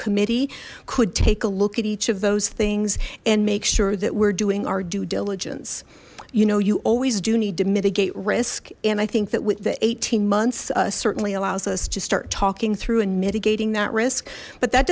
committee could take a look at each of those things and make sure that we're doing our due diligence you know you always do need to mitigate risk and i think that with the eighteen months certainly allows us to start talking through and mitigating that risk but that